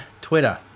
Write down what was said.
Twitter